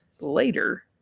Later